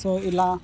so ఇలా